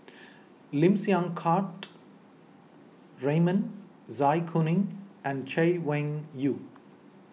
Lim Siang Keat Raymond Zai Kuning and Chay Weng Yew